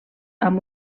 amb